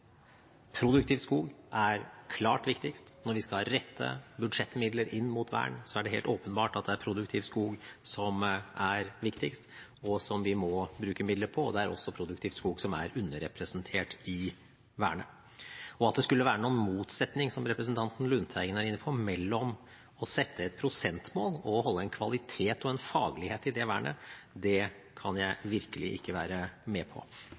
produktiv skog er klart viktigst. Når vi skal rette budsjettmidler inn mot vern, er det helt åpenbart at det er produktiv skog som er viktigst, og som vi må bruke midler på, og det er også produktiv skog som er underrepresentert i vernet. At det skulle være noen motsetning, som representanten Lundteigen er inne på, mellom å sette et prosentmål og å holde en kvalitet og en faglighet i det vernet, kan jeg virkelig ikke være med på.